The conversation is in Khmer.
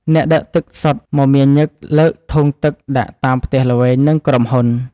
អ្នកដឹកទឹកសុទ្ធមមាញឹកលើកធុងទឹកដាក់តាមផ្ទះល្វែង និងក្រុមហ៊ុន។